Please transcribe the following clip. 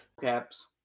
Caps